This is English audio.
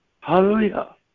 Hallelujah